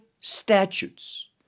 statutes